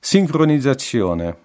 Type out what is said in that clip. Sincronizzazione